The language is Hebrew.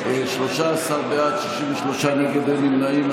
13 בעד, 63 נגד, אין נמנעים.